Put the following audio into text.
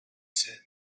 said